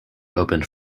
opened